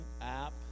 app